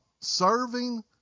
serving